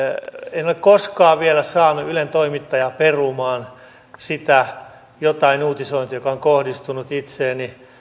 en ole koskaan vielä saanut ylen toimittajaa perumaan jotain uutisointia joka on kohdistunut itseeni